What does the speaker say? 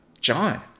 John